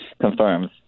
confirms